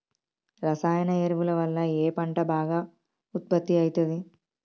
రసాయన ఎరువుల వల్ల ఏ పంట బాగా ఉత్పత్తి అయితది?